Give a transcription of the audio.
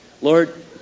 Lord